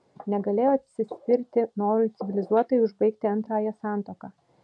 negalėjo atsispirti norui civilizuotai užbaigti antrąją santuoką